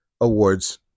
awards